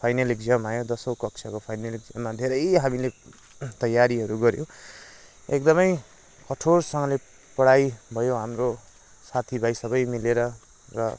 final exam आयो दसौँ कक्षाको फाइनल एक्जाममा धेरै हामीले तयारीहरू गऱ्यौँ एकदमै कठोरसँगले पढ़ाई भयो हाम्रो साथी भाइ सबै मिलेर र